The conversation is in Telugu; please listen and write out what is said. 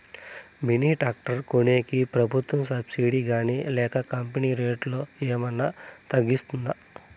మిని టాక్టర్ కొనేకి ప్రభుత్వ సబ్సిడి గాని లేక కంపెని రేటులో ఏమన్నా తగ్గిస్తుందా?